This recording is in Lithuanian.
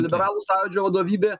liberalų sąjūdžio vadovybė